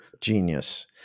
genius